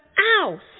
Ow